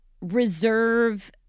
reserve